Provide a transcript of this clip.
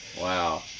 Wow